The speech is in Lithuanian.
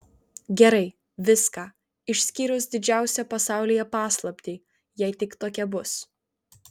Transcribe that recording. gerai viską išskyrus didžiausią pasaulyje paslaptį jei tik tokia bus